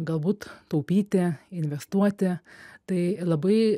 galbūt taupyti investuoti tai labai